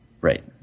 Right